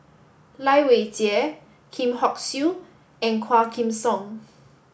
Lai Weijie Lim Hock Siew and Quah Kim Song